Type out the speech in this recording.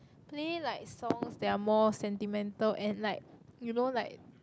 play like songs that are more sentimental and like you know like